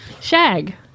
Shag